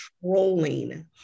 trolling